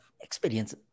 Experience